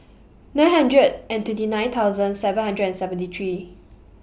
nine hundred and twenty nine thousand seven hundred and seventy three